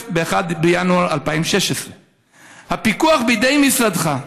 ב-1 בינואר 2016. הפיקוח בידי משרדך,